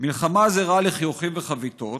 // מלחמה זה רע לחיוכים וחביתות,